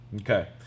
Okay